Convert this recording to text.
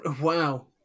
Wow